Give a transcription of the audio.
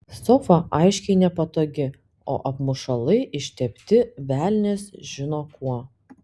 sofa aiškiai nepatogi o apmušalai ištepti velnias žino kuo